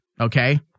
Okay